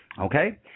Okay